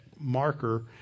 marker